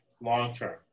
long-term